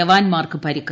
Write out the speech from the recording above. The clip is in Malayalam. ജവാൻമാർക്ക് പരിക്ക്